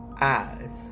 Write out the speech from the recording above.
eyes